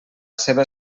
seva